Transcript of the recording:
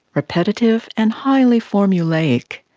repetitive, and highly formulaic.